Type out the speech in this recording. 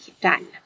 done